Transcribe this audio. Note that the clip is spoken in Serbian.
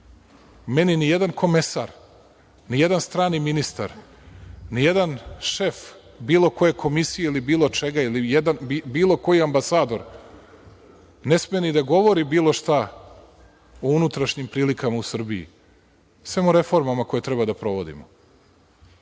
Meni nijedan komesar, nijedan strani ministar, nijedan šef bilo koje komisije ili bilo čega ili bilo koji ambasador ne sme ni da govori bilo šta o unutrašnjim prilikama u Srbiji, samo o reformama koje treba da provodim.